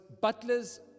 Butler's